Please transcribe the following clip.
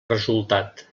resultat